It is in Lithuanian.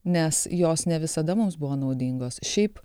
nes jos ne visada mums buvo naudingos šiaip